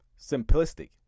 simplistic